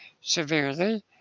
severely